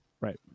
Right